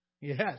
yes